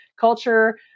culture